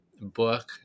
book